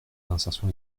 réinsertion